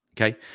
Okay